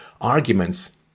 arguments